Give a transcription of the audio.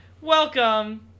Welcome